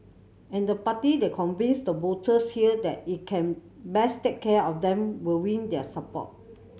and the party that convinces the voters here that it can best take care of them will win their support